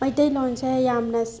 ꯃꯩꯇꯩꯂꯣꯟꯁꯦ ꯌꯥꯝꯅ